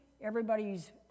everybody's